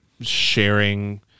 sharing